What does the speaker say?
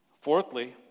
Fourthly